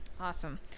awesome